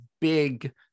big